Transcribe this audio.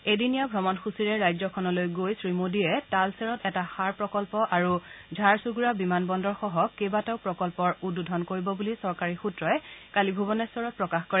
এদিনীয়া ভ্ৰমণসূচীৰে ৰাজ্যখনলৈ গৈ শ্ৰীমোদীয়ে তালশেৰত এটা সাৰ প্ৰকল্প আৰু ঝাৰচুগুড়া বিমানবন্দৰসহ কেইবাটাও প্ৰকল্পৰ উদ্বোধন কৰিব বুলি চৰকাৰী সূত্ৰই কালি ভূৱনেশ্বৰত প্ৰকাশ কৰে